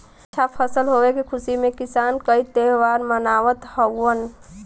अच्छा फसल होले के खुशी में किसान कई त्यौहार मनावत हउवन